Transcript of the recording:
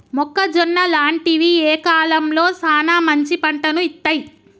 మొక్కజొన్న లాంటివి ఏ కాలంలో సానా మంచి పంటను ఇత్తయ్?